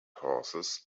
horses